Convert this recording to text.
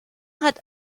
hat